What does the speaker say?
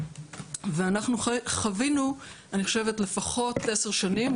ואנחנו חווינו אני חושבת לפחות עשר שנים,